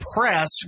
press